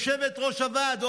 יושבת-ראש הוועד,